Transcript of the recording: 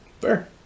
Fair